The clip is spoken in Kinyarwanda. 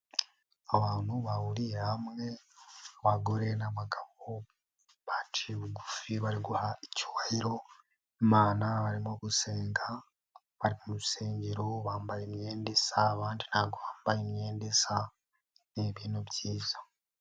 Abantu bahuriye hamwe, abagore n'abagabo baciye bugufi bari guha icyubahiro imana barimo gusenga, bari ku rusengero bambaye imyenda isa abandi ntabwo bambaye imyenda isa, nib byiza.